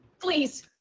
please